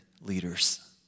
leaders